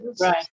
Right